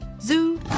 Zoo